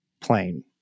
plain